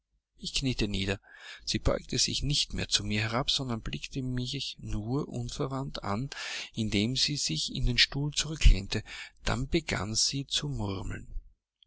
ich kniete nieder sie beugte sich nicht mehr zu mir herab sondern blickte mich nur unverwandt an indem sie sich in den stuhl zurücklehnte dann begann sie zu murmeln